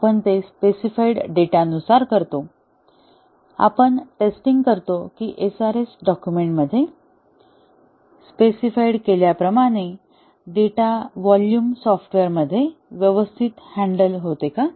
आपण ते specified data नुसार करतो आपण टेस्टिंग करतो की SRS डॉकुमेंटमध्ये स्पेसिफाइड केल्याप्रमाणे डेटा व्हॉल्यूम सॉफ्टवेअरद्वारे व्यवस्थित हॅन्डल होतात का